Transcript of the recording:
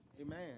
amen